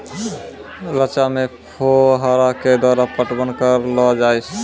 रचा मे फोहारा के द्वारा पटवन करऽ लो जाय?